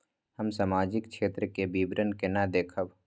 हम सामाजिक क्षेत्र के विवरण केना देखब?